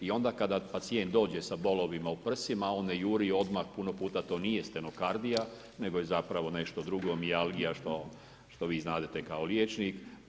I onda kada pacijent dođe sa bolovima u prsima, on ne juri odmah, puno puta to nije stenokardija nego je zapravo nešto drugo ali jasno, što vi znadete kao liječnik.